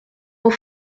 nos